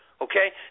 okay